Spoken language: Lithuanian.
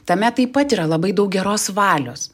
tame taip pat yra labai daug geros valios